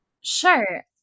Sure